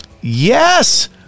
Yes